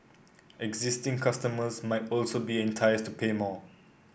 existing customers might also be enticed to pay more